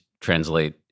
translate